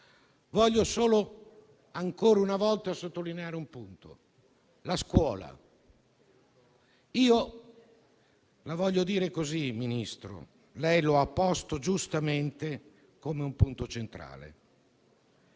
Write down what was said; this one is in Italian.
Voglio solo ancora una volta sottolineare un punto: la scuola. Signor Ministro, lei lo ha posto giustamente come un punto centrale